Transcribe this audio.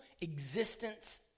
existence